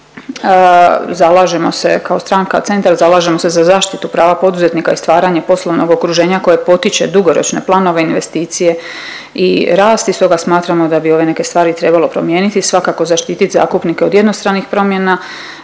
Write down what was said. Zalažemo se kao stranka Centar, zalažemo se za zaštitu prava poduzetnika i stvaranje poslovnog okruženja koje potiče dugoročne planove, investicije i rast i stoga smatramo da bi ove neke stvari trebalo promijeniti. Svakako zaštitit zakupnike od jednostranih promjena